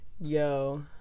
yo